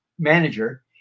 manager